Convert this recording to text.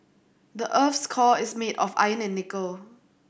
the earth's core is made of iron and nickel